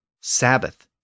sabbath